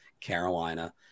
Carolina –